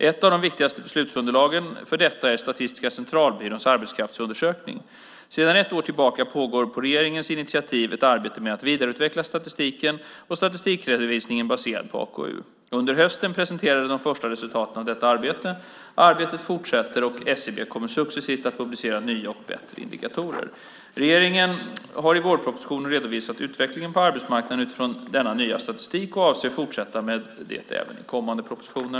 Ett av de viktigaste beslutsunderlagen för detta är Statistiska centralbyråns, SCB:s, arbetskraftsundersökning, AKU. Sedan ett år tillbaka pågår på regeringens initiativ ett arbete med att vidareutveckla statistiken och statistikredovisningen baserad på AKU. Under hösten presenterades de första resultaten av detta arbete. Arbetet fortsätter, och SCB kommer successivt att publicera nya och bättre indikatorer. Regeringen har i vårpropositionen redovisat utvecklingen på arbetsmarknaden utifrån denna nya statistik och avser att fortsätta med det även i kommande propositioner.